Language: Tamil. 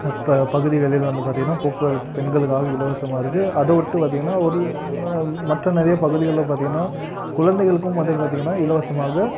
இப்போது பகுதிகளில் வந்து பார்த்திங்கன்னா போக்குவரத்து பெண்களுக்காக இலவசமாக இருக்குது அதை விட்டு பார்த்திங்கன்னா ஒரு மற்ற நிறைய பகுதிகளில் பார்த்திங்கன்னா குழந்தைகளுக்கும் வந்து பார்த்திங்கன்னா இலவசமாக